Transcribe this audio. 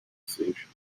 association